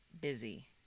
busy